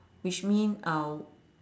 which mean uh